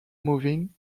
moving